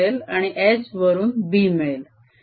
आणि H वरून B मिळेल